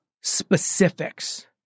specifics